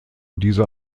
diese